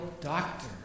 doctor